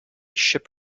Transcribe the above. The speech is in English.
ship